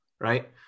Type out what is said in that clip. Right